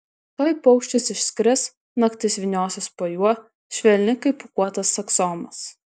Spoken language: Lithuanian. tuoj paukštis išskris naktis vyniosis po juo švelni kaip pūkuotas aksomas